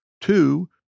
two